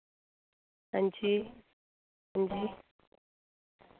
हांजी हांजी